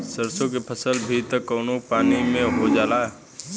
सरिसो के फसल भी त कमो पानी में हो जाला